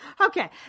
Okay